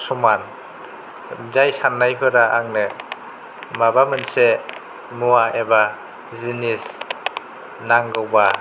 समान जाय साननाय फोरा आंनो माबा मोनसे मुवा एबा जिनिस नांगौबा